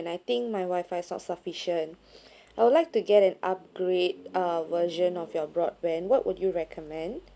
and I think my wi-fi not sufficient I would like to get an upgrade uh version of your broadband what would you recommend